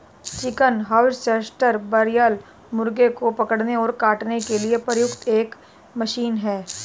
chicken harvester broiler मुर्गों को पकड़ने और काटने के लिए प्रयुक्त एक मशीन है